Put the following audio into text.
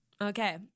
okay